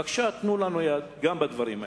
בבקשה, תנו לנו יד גם בדברים האלה.